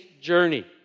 journey